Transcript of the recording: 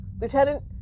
Lieutenant